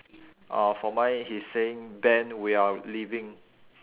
uh for mine he's saying ben we are leaving